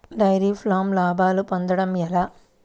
Dairy ఫామ్లో లాభాలు పొందడం ఎలా?